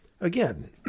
again